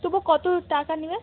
তবুও কত টাকা নেবে